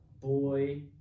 boy